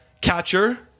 catcher